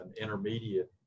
intermediate